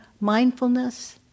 mindfulness